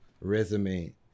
resume